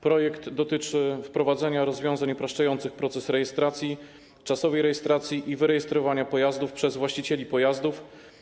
Projekt dotyczy wprowadzenia rozwiązań upraszczających proces rejestracji, czasowej rejestracji i wyrejestrowania pojazdów przez właścicieli pojazdów.